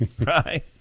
right